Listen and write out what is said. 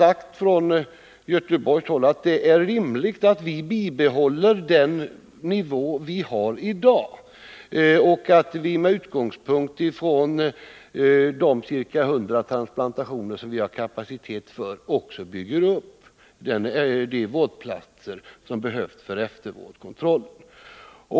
Vi har sagt att det är rimligt att i Göteborg även i fortsättningen genomföra ca 100 njurtransplantationer per år, vilket vi har kapacitet för. Men vi vill också att det skall finnas ett tillräckligt antal platser för eftervårdskontroll.